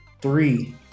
Three